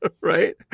right